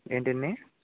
ఏంటండి